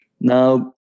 Now